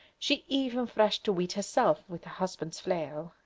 she even threshed the wheat herself with her husband's flail,